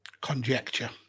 Conjecture